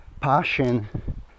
passion